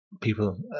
people